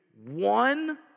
one